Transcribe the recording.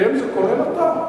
"אתם" זה כולל אתה.